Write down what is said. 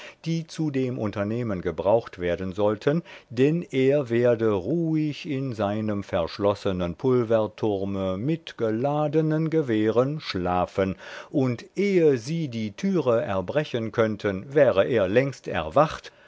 die zu dem unternehmen gebraucht werden sollten denn er werde ruhig in seinem verschlossenen pulverturme mit geladenen gewehren schlafen und ehe sie die türe erbrechen könnten wäre er längst erwacht